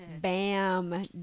Bam